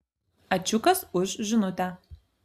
ačiukas už žinutę